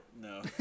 No